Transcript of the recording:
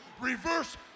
reverse